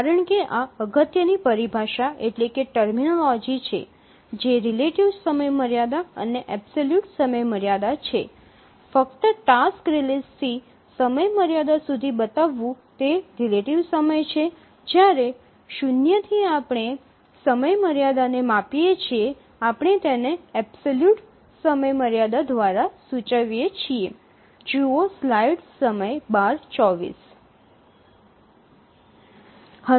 કારણ કે આ અગત્યની પરિભાષા છે જે રીલેટિવ સમયમર્યાદા અને એબ્સોલ્યુટ સમયમર્યાદા છે ફક્ત ટાસ્ક રીલિઝથી સમયમર્યાદા સુધી બતાવવું તે રીલેટિવ સમય છે જ્યારે શૂન્યથી આપણે સમયમર્યાદાને માપીએ છીએ આપણે તેને એબ્સોલ્યુટ સમયમર્યાદા દ્વારા સૂચવીએ છીએ